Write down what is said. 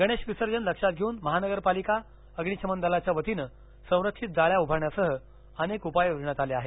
गणेश विसर्जन लक्षात घेऊन म न पा अम्निशमन दलाच्या वतीनं संरक्षित जाळ्या उभारण्यासह अनेक उपाय योजण्यात आले आहेत